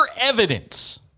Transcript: evidence